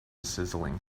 sizzling